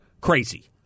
Crazy